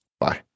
Bye